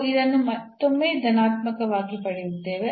ನಾವು ಇದನ್ನು ಮತ್ತೊಮ್ಮೆ ಧನಾತ್ಮಕವಾಗಿ ಪಡೆಯುತ್ತೇವೆ